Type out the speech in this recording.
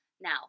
Now